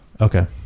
Okay